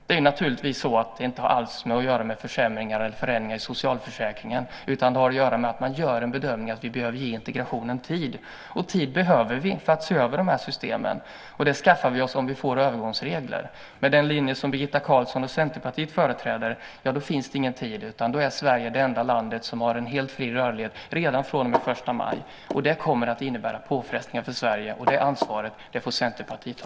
Det har naturligtvis inte alls att göra med förändringar eller försämringar i socialförsäkringarna, utan det har att göra med att man gör bedömningen att integrationen kräver tid. Vi behöver tid för att se över systemen, och det skaffar vi oss om vi inför övergångsregler. Med den linje som Birgitta Carlsson och Centerpartiet företräder finns det ingen tid, utan då blir Sverige det enda land som har en helt fri rörlighet redan från den 1 maj. Det kommer att innebära påfrestningar för Sverige, och det ansvaret får Centerpartiet ta.